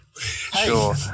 sure